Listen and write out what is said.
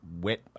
wet